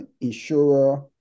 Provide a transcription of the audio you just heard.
insurer